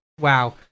Wow